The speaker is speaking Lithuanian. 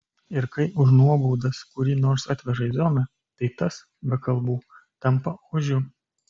ir kai už nuobaudas kurį nors atveža į zoną tai tas be kalbų tampa ožiu